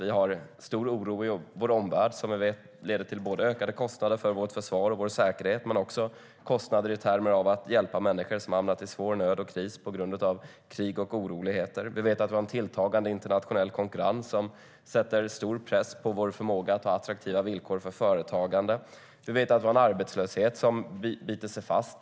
Vi har en stor oro i vår omvärld som leder både till ökade kostnader för vårt försvar och vår säkerhet och till kostnader i termer av att hjälpa människor som har hamnat i svår nöd och kris på grund av krig och oroligheter. Vi vet att vi har en tilltagande internationell konkurrens som sätter stor press på vår förmåga att ha attraktiva villkor för företagande. Vi vet att vi har en arbetslöshet som biter sig fast.